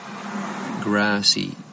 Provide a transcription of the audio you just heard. grassy